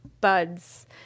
buds